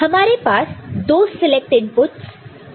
हमारे पास दो सिलेक्ट इनपुटस S1 S0 है